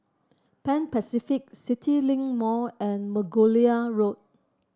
Pan Pacific CityLink Mall and Margoliouth Road